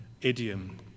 idiom